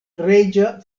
reĝa